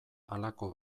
halako